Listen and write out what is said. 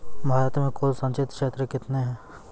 भारत मे कुल संचित क्षेत्र कितने हैं?